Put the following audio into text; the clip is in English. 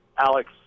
Alex